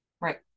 right